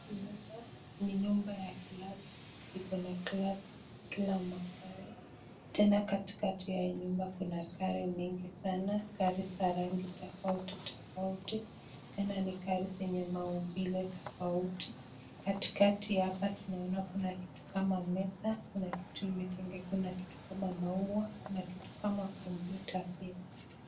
Ni nyumba ni nyumba ya glass . Iko na glass kila mahali. Tena katikati ya hii nyumba kuna gari nyingi sana, gari za rangi tofauti tofauti. Tena ni gari zenye maumbile tofauti. Katikati ya hapa, tunaona kuna kitu kama meza, kuna kitu imetengezwa, kuna kitu kama maua, kuna kitu kama kompyuta pia.